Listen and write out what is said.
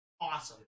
awesome